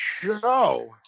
show